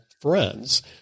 friends